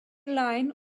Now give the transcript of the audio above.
line